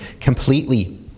completely